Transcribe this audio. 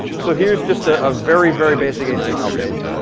so here's just a ah very, very basic html page.